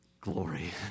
glory